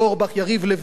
שנמצאים כאן,